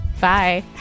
Bye